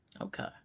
Okay